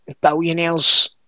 billionaires